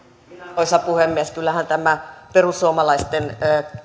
arvoisa puhemies kyllähän tämä perussuomalaisten